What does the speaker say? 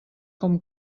com